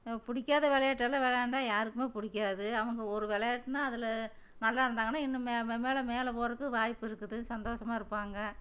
பிடிக்காத விளையாட்டெல்லாம் விளையாண்டால் யாருக்குமே பிடிக்காது அவங்க ஒரு விளையாட்டுனா அதில் நல்லாயிருந்தாங்கன்னா இன்னுமே மென்மேலும் மேலே போறதுக்கு வாய்ப்பு இருக்குது சந்தோஷமா இருப்பாங்க